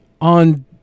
on